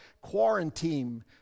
quarantine